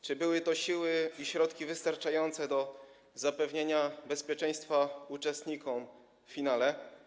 Czy były to siły i środki wystarczające do zapewnienia bezpieczeństwa uczestnikom w finale?